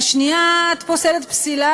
והשנייה, את פוסלת פסילה